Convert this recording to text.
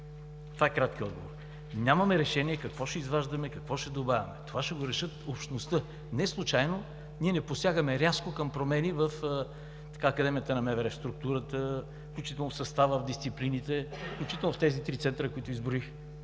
Това е краткият отговор. Нямаме решение какво ще изваждаме, какво ще добавяме. Това ще го реши общността. Неслучайно ние не посягаме рязко към промени в Академията на МВР – в структурата, в състава, в дисциплините, включително в тези три центъра, които изброих,